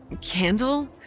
candle